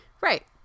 Right